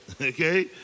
Okay